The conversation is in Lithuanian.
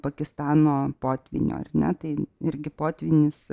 pakistano potvynio ar ne tai irgi potvynis